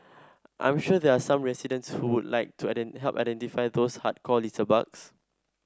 I'm sure there are some residents who would like to help identify those hardcore litterbugs